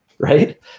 Right